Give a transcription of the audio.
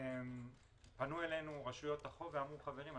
פנו אלינו ואמרו: חברים,